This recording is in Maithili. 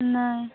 नहि